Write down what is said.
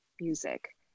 music